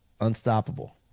unstoppable